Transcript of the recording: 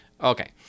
Okay